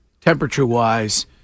temperature-wise